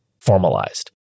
formalized